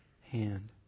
hand